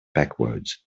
backwards